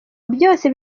byose